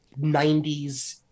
90s